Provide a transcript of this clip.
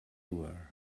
were